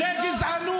לא נכון,